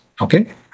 Okay